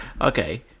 Okay